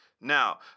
Now